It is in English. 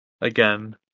Again